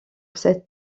cette